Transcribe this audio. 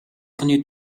орны